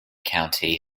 county